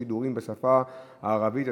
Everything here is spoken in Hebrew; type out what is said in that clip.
שידורים בשפה הערבית),